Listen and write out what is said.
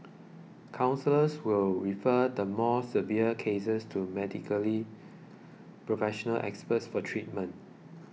counsellors will refer the more severe cases to medically professional experts for treatment